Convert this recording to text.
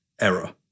error